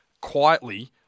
quietly